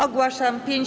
Ogłaszam 5-